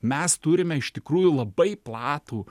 mes turime iš tikrųjų labai platų